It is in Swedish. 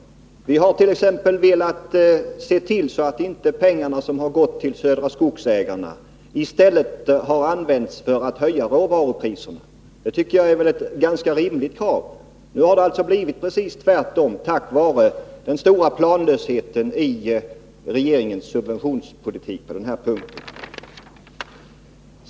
Vi hart.ex. velat se till att pengarna som gått till Södra Skogsägarna inte i stället har använts för att höja råvarupriserna. Det tycker jag är ett ganska rimligt krav. Nu har det blivit tvärtemot vad vi krävde, på grund av den stora planlösheten i regeringens subventionspolitik.